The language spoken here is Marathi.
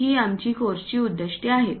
ही आमच्या कोर्सची उद्दिष्टे आहेत